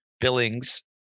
billings